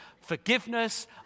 forgiveness